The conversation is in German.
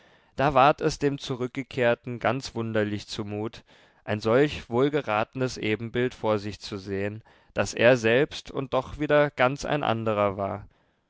da ward es dem zurückgekehrten ganz wunderlich zumut ein solch wohlgeratenes ebenbild vor sich zu sehen das er selbst und doch wieder ganz ein anderer war